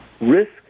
risk